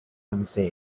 unsay